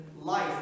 life